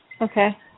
Okay